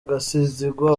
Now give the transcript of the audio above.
gasinzigwa